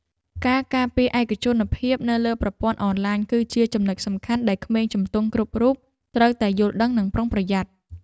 ការការពារឯកជនភាពនៅលើប្រព័ន្ធអនឡាញគឺជាចំណុចសំខាន់ដែលក្មេងជំទង់គ្រប់រូបត្រូវតែយល់ដឹងនិងប្រុងប្រយ័ត្ន។